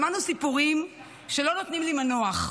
שמענו סיפורים שלא נותנים לי מנוח.